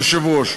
יושב-ראש,